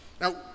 Now